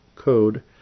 code